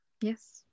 yes